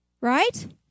Right